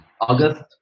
august